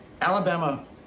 Alabama